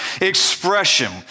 expression